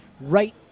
Right